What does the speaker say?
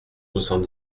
soixante